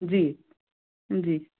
जी जी